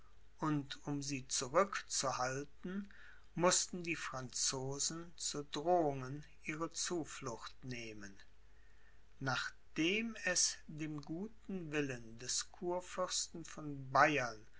und um sie zurückzuhalten mußten die franzosen zu drohungen ihre zuflucht nehmen nachdem es dem guten willen des kurfürsten von bayern